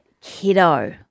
kiddo